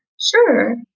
Sure